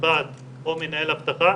מנב"ט או מנהל אבטחה